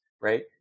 right